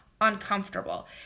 uncomfortable